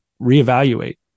reevaluate